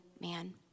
man